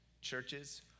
churches